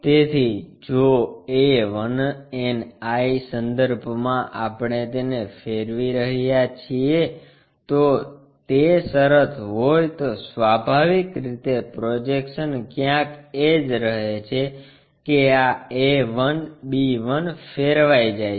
તેથી જો a 1 ni સંદર્ભમાં આપણે તેને ફેરવી રહ્યા છીએ જો તે શરત હોય તો સ્વાભાવિક રીતે પ્રોજેક્શન ક્યાંક એ જ રહે છે કે આ a 1 b 1 ફેરવાય જાય છે